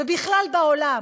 ובכלל בעולם.